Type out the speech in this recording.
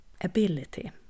ability